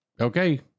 Okay